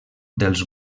dels